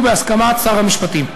ובהסכמת שר המשפטים.